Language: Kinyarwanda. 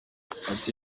ati